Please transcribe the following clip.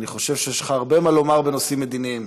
אני חושב שיש לך הרבה מה לומר בנושאים מדיניים.